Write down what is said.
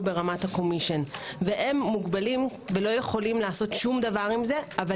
ברמת הקומישן והם מוגבלים ולא יכולים לעשות דבר עם זה אבל